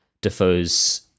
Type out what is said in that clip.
defoe's